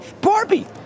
Barbie